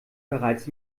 bereits